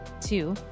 Two